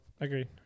Agreed